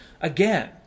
Again